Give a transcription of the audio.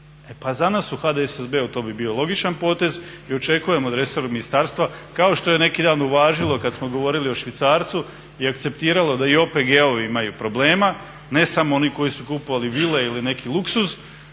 pa za nas u HDSSB-u to bi bio logičan potez i očekujem od resornog ministarstva kao što je neki dan uvažilo kad smo govorili o švicarcu i akceptiralo da i OPG-ovi imaju problema, ne samo oni koji su kupovali vile ili neki luksuz,